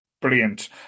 Brilliant